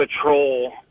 patrol